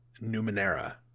Numenera